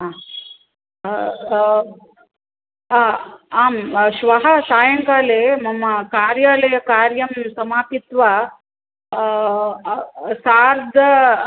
हा हा आं श्वः सायङ्काले मम कार्यलयकार्यं समापित्वा सार्ध